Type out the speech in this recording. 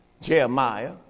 Jeremiah